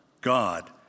God